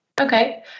Okay